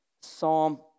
Psalm